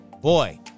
Boy